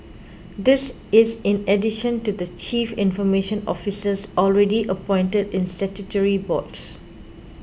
this is in addition to the chief information officers already appointed in statutory boards